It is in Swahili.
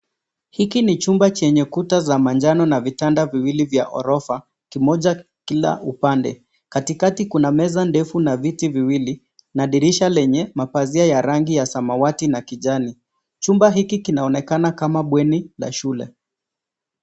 Hiki ni chumba chenye kuta za manjano na vitanda viwili vya orofa kimoja kila upande. Katikati kuna meza ndefu na viti viwili na dirisha yenye mapazia ya rangi ya samawati na kijani. Chumba hiki kinaonekana kama bweni la shule.